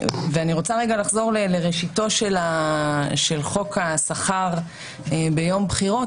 אני רוצה לחזור לראשיתו של חוק השכר ביום בחירות,